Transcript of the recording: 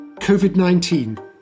COVID-19